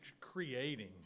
creating